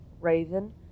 Raven